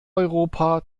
europa